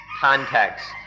context